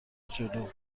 جلو